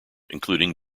including